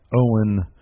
Owen